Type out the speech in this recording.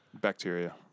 Bacteria